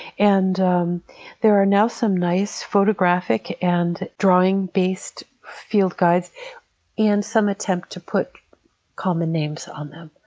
and um there are now some nice photographic and drawing-based field guides and some attempt to put common names on them.